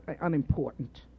unimportant